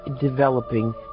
developing